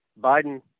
Biden